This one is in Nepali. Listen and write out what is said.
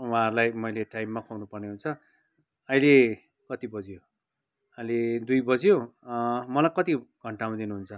उहाँहरूलाई मैले टाइममा खुवाउनुपर्ने हुन्छ अहिले कति बज्यो अहिले दुई बज्यो मलाई कति घन्टामा दिनुहुन्छ